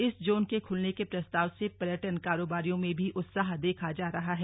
इस जोन के खुलने के प्रस्ताव से पर्यटन कारोबारियों में भी उत्साह देखा जा रहा है